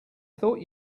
thought